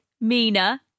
Mina